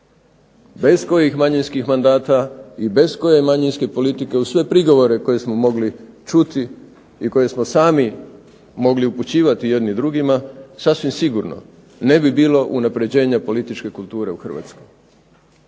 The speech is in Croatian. bez kojih manjinskih mandata i bez koje manjinske politike uz sve prigovore koje smo mogli čuti i koje smo sami mogli upućivati jedni drugima sasvim sigurno ne bi bilo unapređenja političke kulture u Hrvatskoj,